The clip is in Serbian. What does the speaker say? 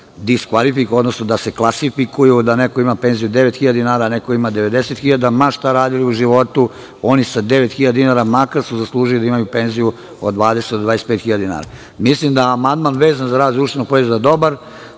način klasifikuju, da ne neko ima penziju 9.000 dinara, a neko ima 90.000 dinara. Ma šta radili u životu, oni sa 9.000 dinara makar su zaslužili da imaju penziju od 20.000 do 25.000 dinara. Mislim da je amandman vezan za rast društvenog proizvoda dobar,